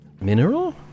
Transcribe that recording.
Mineral